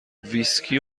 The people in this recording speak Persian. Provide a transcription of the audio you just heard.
ویسکی